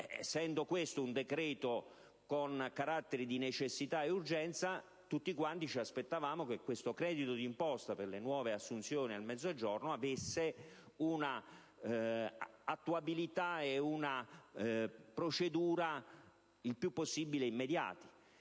trattandosi di un decreto con carattere di necessità ed urgenza, tutti quanti ci aspettavamo che il credito d'imposta per le nuove assunzioni nel Mezzogiorno avesse una attuabilità e una procedura il più possibile immediate.